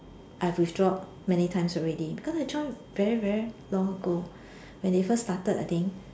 I've withdraw many times already because I joined very very long ago when they first started I think